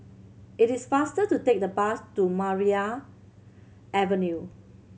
it is faster to take the bus to Maria Avenue